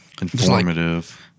informative